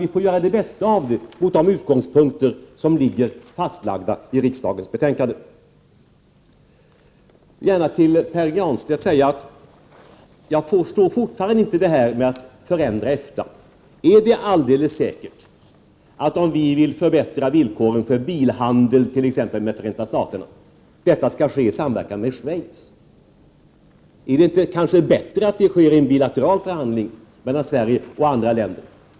Vi får ju göra det bästa av situationen med utgångspunkt i det som lagts fast i betänkandet. Till Pär Granstedt vill jag gärna säga att jag fortfarande inte förstår detta med att förändra EFTA. Är det alldeles säkert att det, om vi vill förbättra villkoren för bilhandeln t.ex. med Förenta staterna, behövs en samverkan med Schweiz? Är det kanske inte bättre att det sker bilaterala förhandlingar mellan Sverige och andra länder?